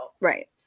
Right